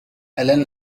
alan